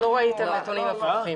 לא ראית נתונים הפוכים.